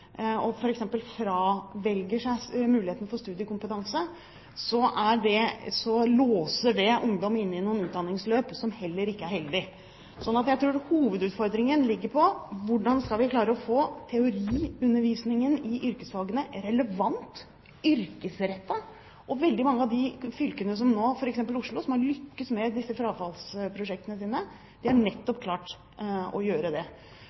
og at de f.eks. velger fra seg muligheten for studiekompetanse, låser det ungdom inne i noen utdanningsløp som heller ikke er heldig. Så jeg tror hovedutfordringen ligger i hvordan vi skal klare å få teoriundervisningen i yrkesfagene relevant, yrkesrettet. Veldig mange av de fylkene, som f.eks. Oslo, som har lyktes med frafallsprosjektene sine, har nettopp klart det, så jeg har fullt fokus på det.